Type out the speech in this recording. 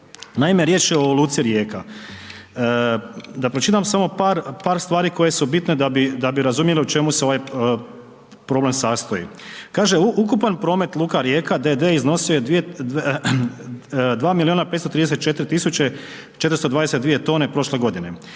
Naime, riječ je o luci Rijeka. Da pročitam samo par stvari koje su bitne da bi razumjeli u čemu se ovaj problem sastoji. Kaže, ukupan promet Luka Rijeka d.d. iznosio je 2 milijuna 534 tisuće 422 tone prošle godine,